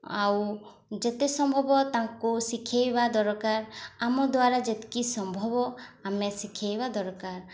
ଆଉ ଯେତେ ସମ୍ଭବ ତାଙ୍କୁ ଶିଖାଇବା ଦରକାର ଆମ ଦ୍ୱାରା ଯେତିକି ସମ୍ଭବ ଆମେ ଶିଖାଇବା ଦରକାର